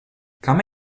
come